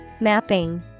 Mapping